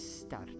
start